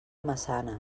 massana